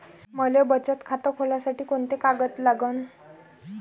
मले बचत खातं खोलासाठी कोंते कागद लागन?